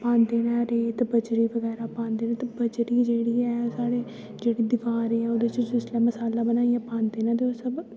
पांदे न रेत बजरी बगैरा पांदे न ते बजरी जेह्ड़ी ऐ साढ़े जेह्ड़ी दिवार ऐ ओह्दे च जिसलै मसाला बनाइयै पांदे न ते ओह् सब्भ